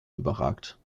überragt